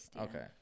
okay